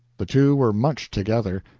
the two were much together,